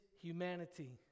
humanity